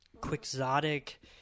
quixotic